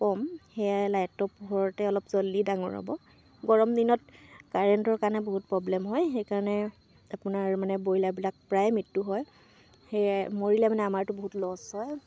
কম সেয়াই লাইটৰ পোহৰতে অলপ জল্দি ডাঙৰ হ'ব গৰম দিনত কাৰেণ্টৰ কাৰণে বহুত প্ৰব্লেম হয় সেইকাৰণে আপোনাৰ মানে ব্ৰইলাৰবিলাক প্ৰায় মৃত্যু হয় সেয়াই মৰিলে মানে আমাৰটো বহুত লছ হয়